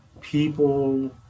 people